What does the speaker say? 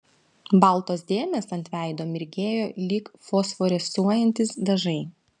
baltos dėmės ant veido mirgėjo lyg fosforescuojantys dažai